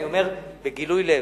אני אומר בגילוי לב,